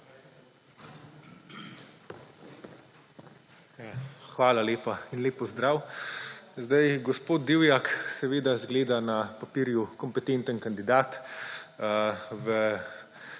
Hvala lepa in lep pozdrav! Gospod Divjak seveda izgleda na papirju kompetenten kandidat.